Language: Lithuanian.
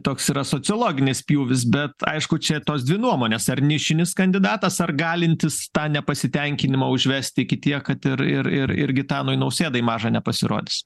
toks yra sociologinis pjūvis bet aišku čia tos dvi nuomonės ar nišinis kandidatas ar galintis tą nepasitenkinimą užvest iki tiek kad ir ir ir ir gitanui nausėdai maža nepasirodys